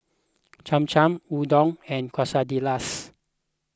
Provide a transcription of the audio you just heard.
Cham Cham Udon and Quesadillas